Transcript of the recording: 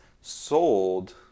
sold